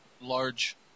large